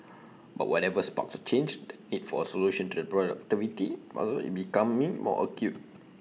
but whatever sparks A change the need for A solution to the productivity puzzle is becoming more acute